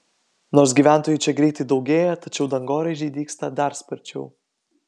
nors gyventojų čia greitai daugėja tačiau dangoraižiai dygsta dar sparčiau